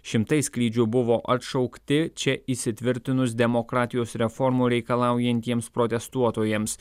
šimtai skrydžių buvo atšaukti čia įsitvirtinus demokratijos reformų reikalaujantiems protestuotojams